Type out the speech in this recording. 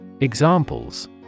Examples